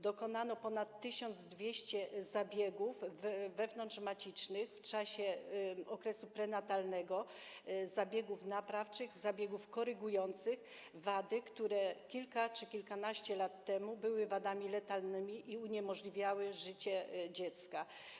Dokonano ponad 1200 zabiegów wewnątrzmacicznych w czasie okresu prenatalnego, zabiegów naprawczych, zabiegów korygujących wady, które kilka czy kilkanaście lat temu były wadami letalnymi i uniemożliwiały życie dziecka.